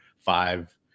five